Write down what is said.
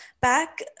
back